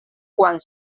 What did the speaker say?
quan